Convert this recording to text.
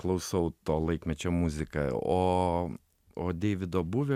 klausau to laikmečio muzika o o deivido buvio